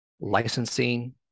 licensing